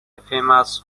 famous